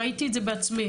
ראיתי את זה בעצמי,